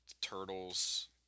Turtles